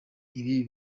ibi